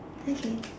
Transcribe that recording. okay